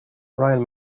ryan